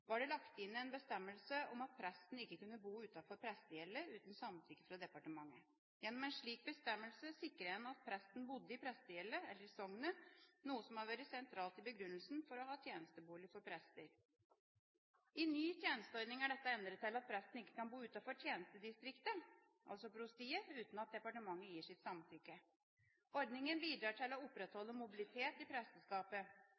var det lagt inn en bestemmelse om at presten ikke kunne bo utenfor prestegjeldet uten samtykke fra departementet. Gjennom en slik bestemmelse sikret en at presten bodde i prestegjeldet/soknet, noe som har vært sentralt i begrunnelsen for å ha tjenestebolig for prester. I ny tjenesteordning er dette endret til at presten ikke kan bo utenfor tjenestedistriktet, altså prostiet, uten at departementet gir sitt samtykke. Ordningen bidrar til å